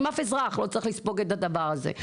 אף אזרח לא צריך לספוג את הדבר הזה.